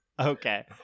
Okay